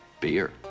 Beer